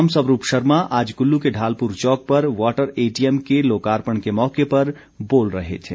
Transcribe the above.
राम स्वरूप शर्मा आज कुल्लू के ढालपुर चौक पर वाटर एटीएम के लोकार्पण के मौके पर बोल रहे थे